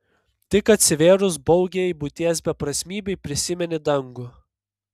tik atsivėrus baugiajai buities beprasmybei prisimeni dangų